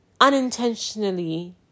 unintentionally